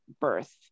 birth